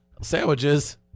sandwiches